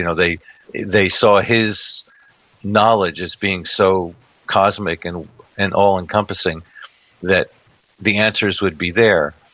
you know they they saw his knowledge as being so cosmic and and all encompassing that the answers would be there.